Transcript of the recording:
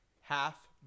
half